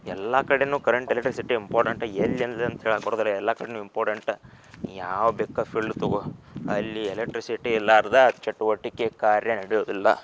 ಎಲ್ಲ ಕಡೆಯೂ current electricity important ಎಲ್ಲೆಲ್ಲಿ ಅಂತ ಹೇಳೋಕೆ ಬರುವುದಿಲ್ಲ ಎಲ್ಲ ಕಡೆಯೂ ಇಂಪಾರ್ಟೆಂಟ ನೀನು ಯಾವ ಬೇಕಾರೆ ಫೀಲ್ಡ್ ತಗೋ ಅಲ್ಲಿ ಎಲೆಕ್ಟ್ರಿಸಿಟಿ ಇರಲಾರ್ದ ಚಟುವಟಿಕೆ ಕಾರ್ಯ ನಡೆಯೋದಿಲ್ಲ